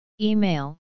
Email